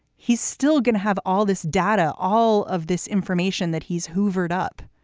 he's still going to have all this data. all of this information that he's hoovered up